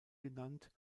genannt